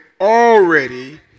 already